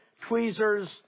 tweezers